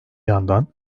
yandan